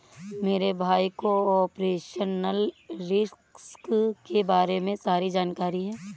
मेरे भाई को ऑपरेशनल रिस्क के बारे में सारी जानकारी है